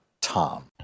Tom